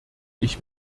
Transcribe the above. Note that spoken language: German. ich